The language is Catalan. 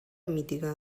mitigar